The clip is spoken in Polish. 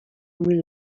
mil